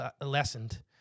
lessened